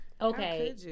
Okay